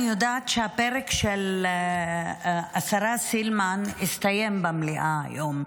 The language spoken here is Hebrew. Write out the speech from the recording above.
אני יודעת שהפרק של השרה סילמן הסתיים במליאה היום,